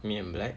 me and black